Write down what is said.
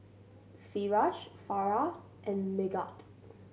Firash Farah and Megat